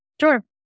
Sure